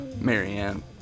Marianne